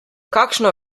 kakšno